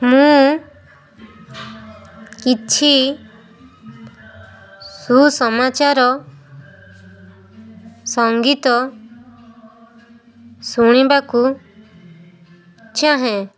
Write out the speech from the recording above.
ମୁଁ କିଛି ସୁ ସମାଚାର ସଙ୍ଗୀତ ଶୁଣିବାକୁ ଚାହେଁ